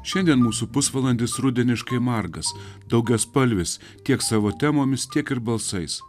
šiandien mūsų pusvalandis rudeniškai margas daugiaspalvis tiek savo temomis tiek ir balsais